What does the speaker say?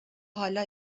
حالا